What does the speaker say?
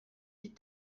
die